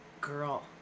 girl